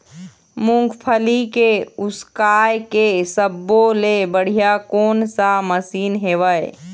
मूंगफली के उसकाय के सब्बो ले बढ़िया कोन सा मशीन हेवय?